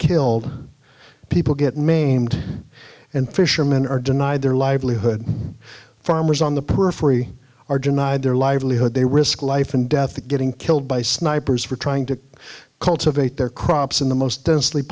killed people get maimed and fishermen are denied their livelihood farmers on the periphery are denied their livelihood they risk life and death getting killed by snipers for trying to cultivate their crops in the most d